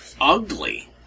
ugly